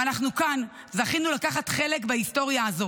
ואנחנו כאן זכינו לקחת חלק בהיסטוריה הזו,